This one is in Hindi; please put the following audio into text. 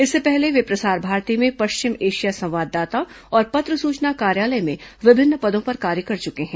इसके पहले वे प्रसार भारती में पश्चिम एशिया संवाददाता और पत्र सूचना कार्यालय में विभिन्न पदों पर कार्य कर चुके हैं